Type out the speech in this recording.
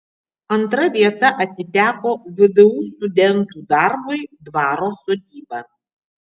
antra vieta atiteko vdu studentų darbui dvaro sodyba